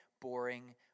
boring